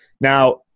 Now